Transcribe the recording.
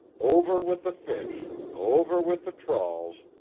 over with the fish, over with the trawls,